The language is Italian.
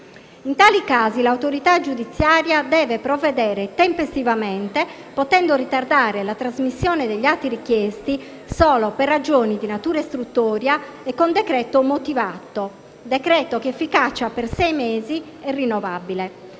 In tali casi, l'autorità giudiziaria deve provvedere tempestivamente, potendo ritardare la trasmissione degli atti richiesti solo per ragioni di natura istruttoria e con decreto motivato (decreto che ha efficacia per sei mesi ed è rinnovabile).